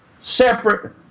separate